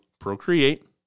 procreate